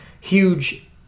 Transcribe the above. huge